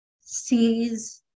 sees